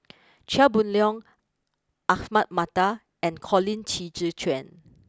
Chia Boon Leong Ahmad Mattar and Colin Qi Zhe Quan